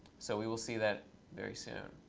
so we will see that very soon.